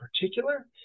particular